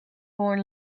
born